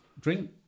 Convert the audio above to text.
Drink